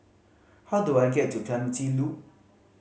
how do I get to Clementi Loop